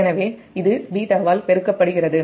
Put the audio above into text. எனவே இது β வால் பெருக்கப்படுகிறது